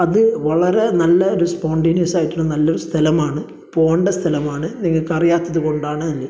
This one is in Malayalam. അത് വളരെ നല്ല ഒരു സ്പോണ്ടെനിയസായിട്ടൊരു നല്ലൊരു സ്ഥലമാണ് പോകേണ്ട സ്ഥലമാണ് നിങ്ങൾക്ക് അറിയാത്തത് കൊണ്ടാണ് എന്ന്